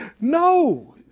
No